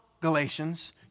Galatians